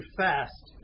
fast